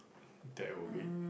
that will wait